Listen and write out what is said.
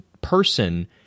person